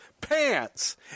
pants